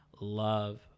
love